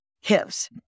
hips